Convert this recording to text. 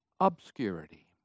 obscurity